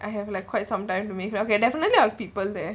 I have like quite some time to make sure okay definitely there are people there